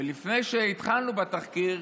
ולפני שהתחלנו בתחקיר,